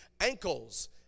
ankles